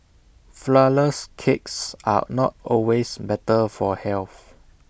Flourless Cakes are not always better for health